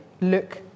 look